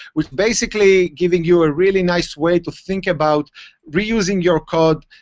which basically giving you a really nice way to think about reusing your code,